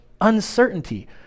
uncertainty